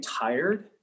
tired